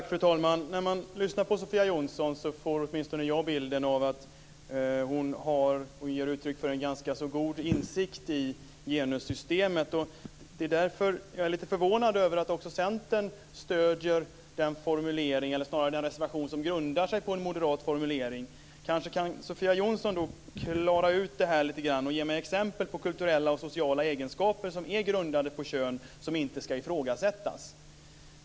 Fru talman! När jag lyssnar på Sofia Jonsson får åtminstone jag bilden av att hon ger uttryck för en ganska så god insikt i genussystemet. Det är därför jag är lite förvånad över att också Centern stöder den reservation som grundar sig på en moderat formulering. Kanske kan Sofia Jonsson klara ut det lite grann och ge mig exempel på kulturella och sociala egenskaper som är grundande på kön och som inte ska ifrågasättas.